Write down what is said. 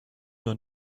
your